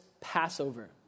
Passover